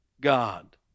God